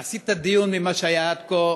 להסיט את הדיון ממה שהיה עד כה,